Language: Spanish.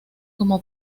como